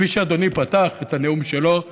וכפי שאדוני פתח את הנאום שלו,